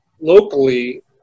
locally